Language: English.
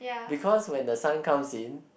because when the sun comes in